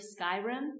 Skyrim